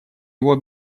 его